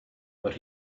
but